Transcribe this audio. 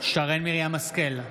שרן מרים השכל,